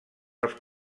els